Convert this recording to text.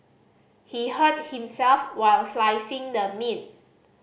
he hurt himself while slicing the meat